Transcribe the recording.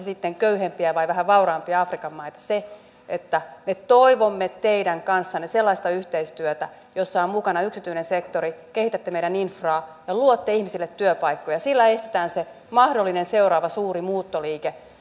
sitten köyhempiä tai vähän vauraampia afrikan maita että me toivomme teidän kanssanne sellaista yhteistyötä jossa on mukana yksityinen sektori kehitätte meidän infraa ja luotte ihmisille työpaikkoja sillä estetään se mahdollinen seuraava suuri muuttoliike